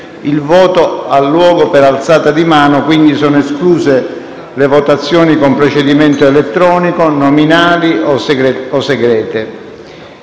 il voto «ha luogo per alzata di mano», quindi sono escluse le votazioni con procedimento elettronico (nominali o segrete).